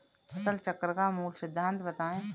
फसल चक्र का मूल सिद्धांत बताएँ?